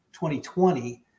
2020